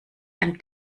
ein